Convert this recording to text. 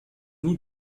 nous